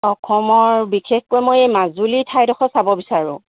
অসমৰ বিশেষকৈ মই এই মাজুলী ঠাইডোখৰ চাব বিচাৰোঁ